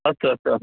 अस्तु अस्तु